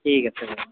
ঠিক আছে বাৰু